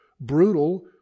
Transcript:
brutal